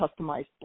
customized